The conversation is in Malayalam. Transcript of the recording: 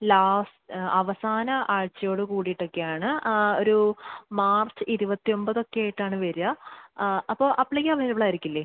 ലാസ്റ്റ് അവസാന ആഴ്ചയോടു കൂടിയിട്ടൊക്കെയാണ് ആ ഒരു മാർച്ച് ഇരുപത്തിയൊന്പതൊക്കെ ആയിട്ടാണ് വരിക ആ അപ്പോള് അപ്പോഴേക്കും അവൈലബിളായിരിക്കില്ലേ